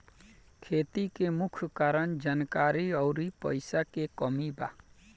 खेती के मुख्य कारन जानकारी अउरी पईसा के कमी बा